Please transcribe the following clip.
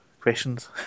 questions